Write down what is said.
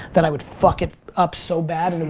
that i would fuck it up so bad. and and